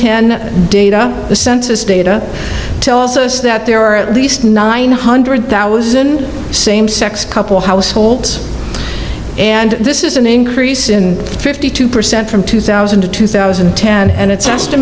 ten data the census data tells us that there are at least nine hundred thousand same sex couples households and this is an increase in fifty two percent from two thousand to two thousand and ten and it's